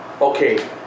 okay